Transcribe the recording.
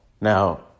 Now